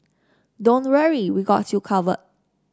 don't worry we've got you covered